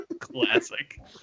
Classic